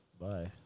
Bye